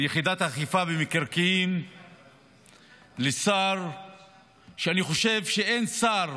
ליחידת האכיפה במקרקעין לשר שאני חושב שאין שר